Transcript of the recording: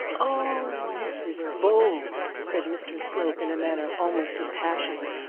oh, mrs bold said mr slope, in a manner almost impassioned.